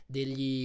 Degli